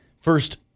First